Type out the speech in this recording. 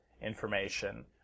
information